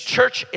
Church